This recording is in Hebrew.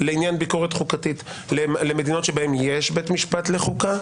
לעניין ביקורת חוקתית למדינות בהן יש בית משפט לחוקה?